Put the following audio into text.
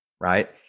right